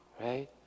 right